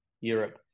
Europe